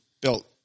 built